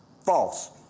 False